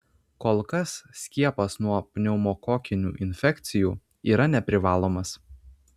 kol kas skiepas nuo pneumokokinių infekcijų yra neprivalomas